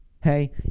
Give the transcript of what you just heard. Hey